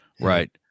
right